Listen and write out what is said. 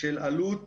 של עלות